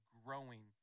growing